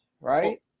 right